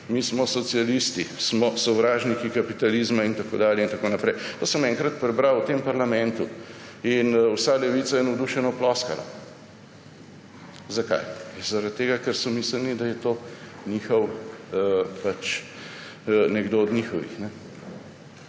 mi smo socialisti, smo sovražniki kapitalizma«, in tako dalje in tako naprej? To sem enkrat prebral v tem parlamentu in vsa levica je navdušeno ploskala. Zakaj? Zaradi tega, ker so mislili, da je to nekdo od njihovih.